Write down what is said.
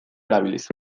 erabiliz